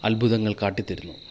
അത്ഭുതങ്ങൾ കാട്ടിത്തരുന്നു